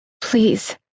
Please